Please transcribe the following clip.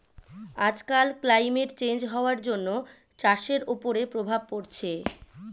আজকাল climate change হওয়ার জন্য চাষের ওপরে প্রভাব পড়ছে